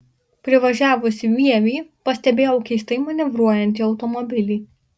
privažiavusi vievį pastebėjau keistai manevruojantį automobilį